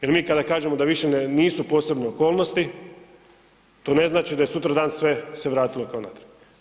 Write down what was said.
Jer mi kada kažemo da više nisu posebne okolnosti, to ne znači da je sutradan sve se vratilo natrag.